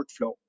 workflow